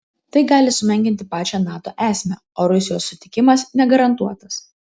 tai gali sumenkinti pačią nato esmę o rusijos sutikimas negarantuotas